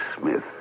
Smith